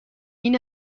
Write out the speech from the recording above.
این